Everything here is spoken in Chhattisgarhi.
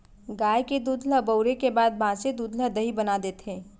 गाय के दूद ल बउरे के बाद बॉंचे दूद ल दही बना देथे